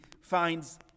finds